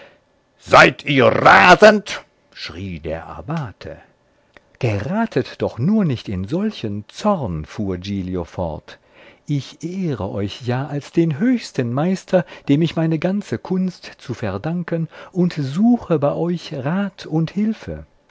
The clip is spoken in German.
seid ihr rasend schrie der abbate geratet doch nur nicht in solchen zorn fuhr giglio fort ich ehre euch ja als den höchsten meister dem ich meine ganze kunst zu verdanken und suche bei euch rat und hilfe